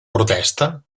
protesta